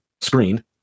screen